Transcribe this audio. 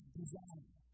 desire